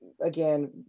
again